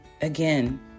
again